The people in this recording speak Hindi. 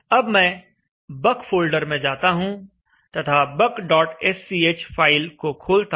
अब मैं buck फोल्डर में जाता हूं तथा bucksch फाइल को खोलता हूं